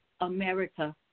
America